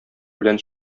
белән